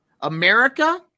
America